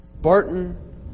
Barton